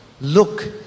Look